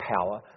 power